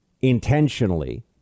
intentionally